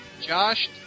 Josh